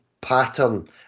pattern